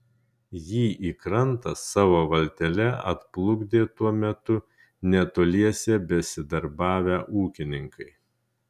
jį į krantą savo valtele atplukdė tuo metu netoliese besidarbavę ūkininkai